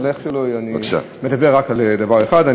אבל איך שלא יהיה אני מדבר רק על דבר אחד.